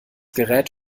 gerät